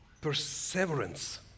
perseverance